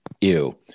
Ew